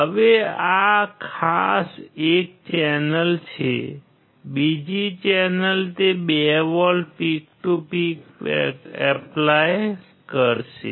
હવે આ ખાસ એક ચેનલ છે બીજી ચેનલ તે 2 volt peak to peak apply કરશે